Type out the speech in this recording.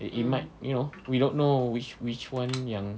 it it might you know we don't know which which [one] yang